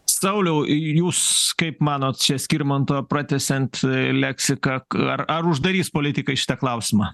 sauliau jūs kaip manot čia skirmanto pratęsiant leksiką ar ar uždarys politikai šitą klausimą